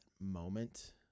moment